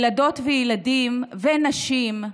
ילדות וילדים ונשים,